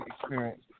experience